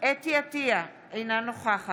חוה אתי עטייה, אינה נוכחת